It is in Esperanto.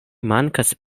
mankas